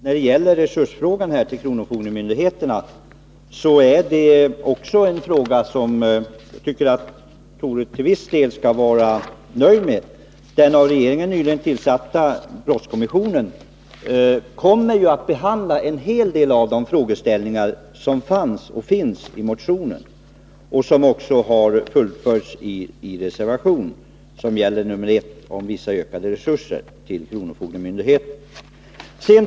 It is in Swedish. Fru talman! När det gäller resurserna till kronofogdemyndigheterna tycker jag att Tore Claeson till viss del skall vara nöjd. Den av regeringen nyligen tillsatta brottskommissionen kommer ju att behandla en hel del av de frågeställningar som finns i motionen och som har följts uppi reservation nr 1 om vissa ökade resurser till kronofogdemyndigheterna.